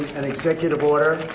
an executive order.